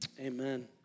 Amen